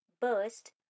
burst